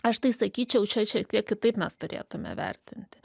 aš tai sakyčiau čia šiek tiek kitaip mes turėtume vertinti